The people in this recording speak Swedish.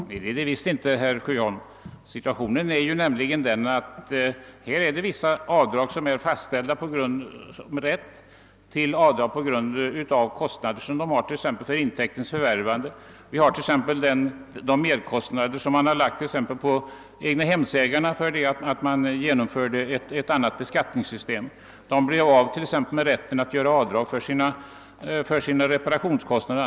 Herr talman! Nej, det är visst inte frånstötande, herr Sjöholm. Situationen är nämligen den, att rätten till vissa avdrag är fastställd, t.ex. för kostnader för intäkternas förvärvande. Och egnahemsavdraget avsåg att kompensera den merkostnad som man lade på egnahemsägarna genom att införa ett annat beskattningssystem; de blev ju av med rätten att göra avdrag för sina reparationskostnader.